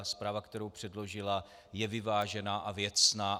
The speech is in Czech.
Zpráva, kterou předložila, je vyvážená a věcná.